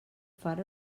far